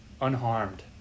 unharmed